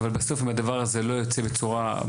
אבל בסוף אם הדבר הזה לא יוצא בהסברה